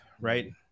right